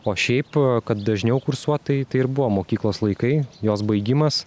o šiaip kad dažniau kursuot tai tai ir buvo mokyklos laikai jos baigimas